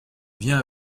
viens